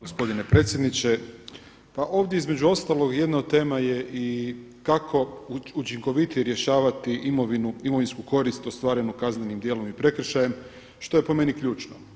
Gospodine predsjedniče, pa ovdje između ostalog jedna od tema je i kako učinkovitije rješavati imovinsku korist ostvarenu kaznenim djelom i prekršajem što je po meni ključno.